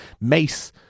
Mace